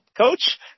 coach